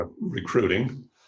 recruiting